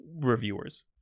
reviewers